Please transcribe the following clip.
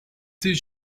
this